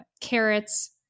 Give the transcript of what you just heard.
Carrots